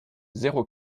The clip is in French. zéro